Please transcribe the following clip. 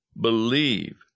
believe